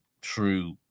true